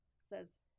Says